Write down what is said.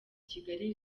kigali